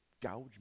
gouge